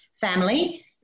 family